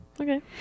Okay